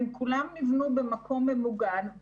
נבנו כולם במקום ממוגן.